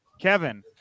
Kevin